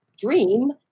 dream